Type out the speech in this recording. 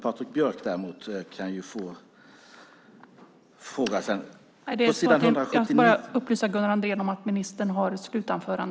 Patrik Björck kan däremot få en fråga.